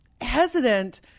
hesitant